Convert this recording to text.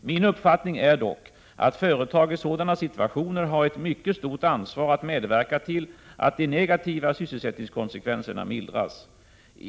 Min uppfattning är dock att företag i sådana situationer har ett mycket stort ansvar att medverka till att de negativa sysselsättningskonsekvenserna mildras.